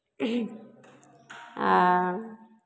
आ